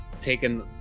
taken